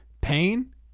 pain